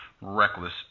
Reckless